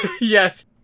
Yes